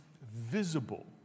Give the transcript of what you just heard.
visible